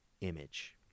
image